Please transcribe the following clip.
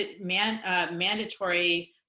mandatory